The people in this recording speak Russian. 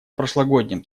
прошлогоднем